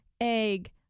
egg